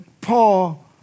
Paul